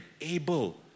able